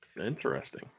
Interesting